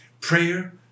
prayer